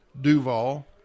duval